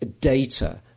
data